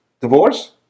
Divorce